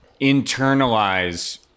internalize